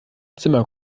zimmer